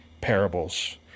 parables